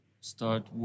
start